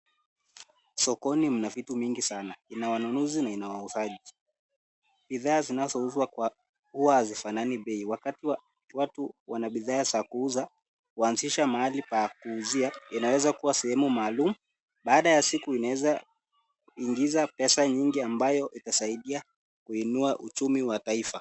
Sokoni mna vitu mingi sana ,ina wanunuzi na ina wauzaji. Bidhaa zinazouzwa huwa hazifanani bei. Wakati watu wana bidhaa za kuuza, huanzisha mahali pa kuuzia, inawezakuwa sehemu maalum. Baada ya siku inaweza ingiza pesa nyingi ambayo itasaidia, kuinua uchumi wa taifa.